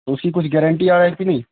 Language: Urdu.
اس کی کچھ گارنٹی اور ہے کہ نہیں